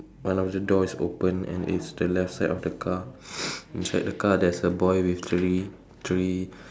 one of the door is opened and it's the left side of the car inside the car there's a boy with three three